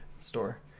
store